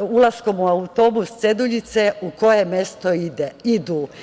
ulaskom u autobus ceduljice u koje mesto idu.